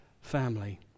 family